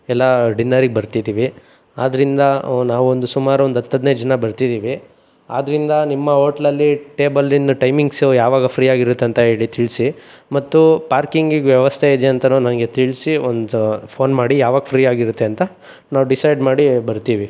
ಎಲ್ಲ ಡಿನ್ನರಿಗೆ ಬರ್ತಿದೀವಿ ಆದ್ರಿಂದ ನಾವೊಂದು ಸುಮಾರೊಂದು ಹತ್ತು ಹದಿನೈದ್ ಜನ ಬರ್ತಿದೀವಿ ಆದ್ರಿಂದ ನಿಮ್ಮ ಹೋಟ್ಲಲ್ಲಿ ಟೇಬಲಿಂದು ಟೈಮಿಂಗ್ಸು ಯಾವಾಗ ಫ್ರೀಯಾಗಿರುತ್ತೆ ಅಂತ ಹೇಳಿ ತಿಳಿಸಿ ಮತ್ತು ಪಾರ್ಕಿಂಗಿಗೆ ವ್ಯವಸ್ಥೆ ಇದೆಯಾ ಅಂತ ನನಗೆ ತಿಳಿಸಿ ಒಂದು ಫೋನ್ ಮಾಡಿ ಯಾವಾಗ ಫ್ರೀಯಾಗಿರುತ್ತೆ ಅಂತ ನಾವು ಡಿಸೈಡ್ ಮಾಡಿ ಬರ್ತೀವಿ